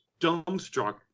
dumbstruck